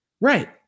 Right